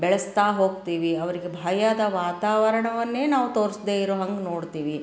ಬೆಳೆಸ್ತಾ ಹೋಗ್ತೀವಿ ಅವರ್ಗೆ ಭಯದ ವಾತಾವರಣವನ್ನೇ ನಾವು ತೋರಿಸ್ದೇ ಇರೋ ಹಂಗೆ ನೋಡ್ತೀವಿ